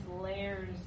layers